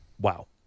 wow